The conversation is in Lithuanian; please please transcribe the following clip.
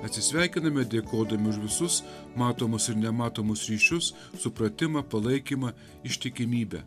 atsisveikiname dėkodami už visus matomus ir nematomus ryšius supratimą palaikymą ištikimybę